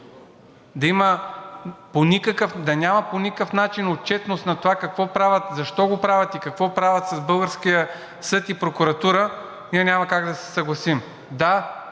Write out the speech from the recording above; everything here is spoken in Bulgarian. да няма по никакъв начин отчетност на това какво правят, защо го правят и какво правят с българския съд и прокуратура, ние няма как да се съгласим.